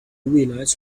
realize